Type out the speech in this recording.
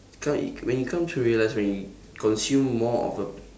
when you come to realise when you consume more of a